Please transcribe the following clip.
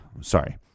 sorry